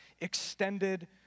extended